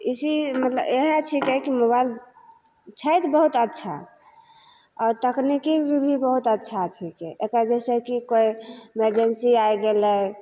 इसी मतलब इएहे छिकै कि मोबाइल छै तऽ बहुत अच्छा आओर तकनिकी भी बहुत अच्छा छिकै एकरा जैसे कि कोइ मर्जेन्सी आइ गेलय